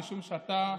משום שאתה,